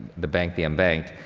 the bank the un-bank.